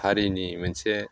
हारिनि मोनसे